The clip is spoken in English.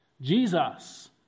Jesus